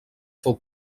fou